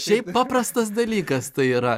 šiaip paprastas dalykas tai yra